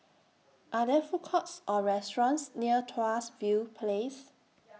Are There Food Courts Or restaurants near Tuas View Place